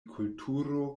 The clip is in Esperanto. kulturo